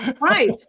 Right